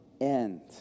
end